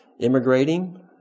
immigrating